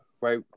right